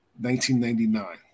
1999